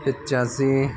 पिच्चासी